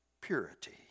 Purity